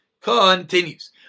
continues